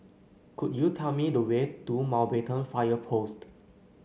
could you tell me the way to Mountbatten Fire Post